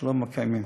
שלא מקיימים.